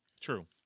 True